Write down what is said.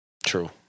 True